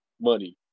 money